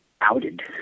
outed